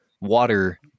water